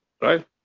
right